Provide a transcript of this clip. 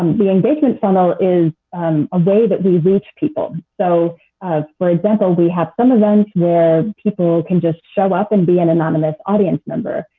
the engagement funnel is a way that we reach people. so for example, we have some events where people can just show up and be an anonymous audience member.